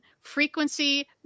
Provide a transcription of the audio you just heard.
Frequency